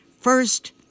First